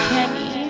Kenny